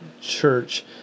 church